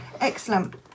Excellent